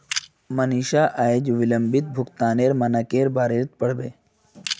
मनीषा अयेज विलंबित भुगतानेर मनाक्केर बारेत पढ़बे